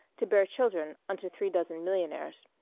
to bear children unto three dozen millionaires.